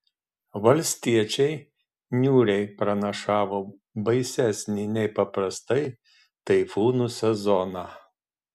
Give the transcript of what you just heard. valstiečiai niūriai pranašavo baisesnį nei paprastai taifūnų sezoną